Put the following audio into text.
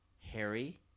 Harry